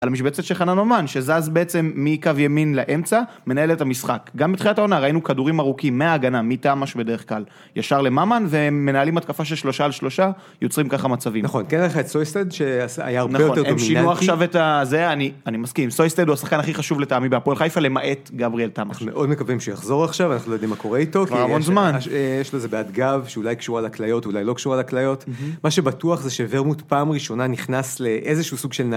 על משבצת של חנן ממן, שזז בעצם מקו ימין לאמצע, מנהל את המשחק. גם בתחילת העונה ראינו כדורים ארוכים מההגנה, מתאמש ודרך כלל ישר לממן, והם מנהלים התקפה של שלושה על שלושה, יוצרים ככה מצבים. נכון, כן, לך את סוייסטד, שהיה הרבה יותר טוב ממואטי. הם שינו עכשיו את זה, אני מסכים. סוייסטד הוא השחקן הכי חשוב לטעמי בהפועל חיפה למעט גבריאל תמש. אנחנו מאוד מקווים שיחזור עכשיו, אנחנו לא יודעים מה קורה איתו. כבר המון זמן. יש לו איזה בעיית גב, שאולי קשורה לכליות, אולי לא קשורה לכליות. מה שבטוח זה שוורמוט פעם ראשונה נכנס לאיזשהו סוג של...